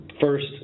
first